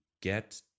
get